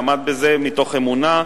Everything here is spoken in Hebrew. הוא עמד בזה מתוך אמונה,